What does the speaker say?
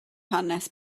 hanes